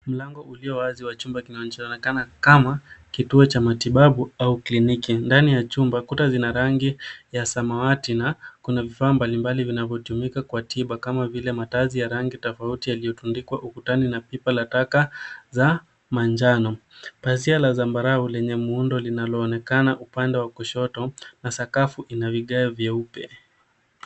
Mlango ulio wazi wa chumba kinachoonekana kama kituo cha matibabu au kliniki. Ndani ya chumba, kuta zina rangi ya samawati na kuna vifaa mbalimbali vinavyotumika kwa tiba kama vile matazi ya rangi tofauti yaliyotundikwa ukutani na pipa la taka za manjano. Pazia la zambarau lenye muundo linaloonekana upande wa kushoto na sakafu ina vigae vyeupe.